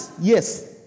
yes